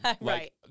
Right